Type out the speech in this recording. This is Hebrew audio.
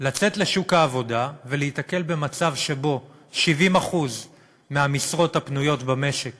לצאת לשוק העבודה ולהיתקל במצב שבו 70% מהמשרות הפנויות במשק